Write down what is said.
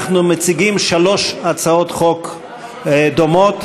אנחנו מציגים שלוש הצעות חוק דומות.